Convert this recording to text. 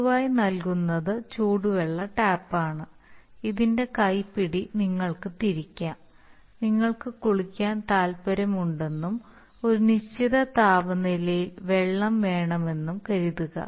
പൊതുവായി നൽകുന്നത് ചൂടുവെള്ള ടാപ്പാണ് ഇതിൻറെ കൈപ്പിടി നിങ്ങൾക്ക് തിരിക്കാം നിങ്ങൾക്ക് കുളിക്കാൻ താൽപ്പര്യമുണ്ടെന്നും ഒരു നിശ്ചിത താപനിലയിൽ വെള്ളം വേണമെന്നും കരുതുക